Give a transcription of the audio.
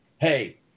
Hey